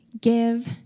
give